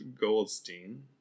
Goldstein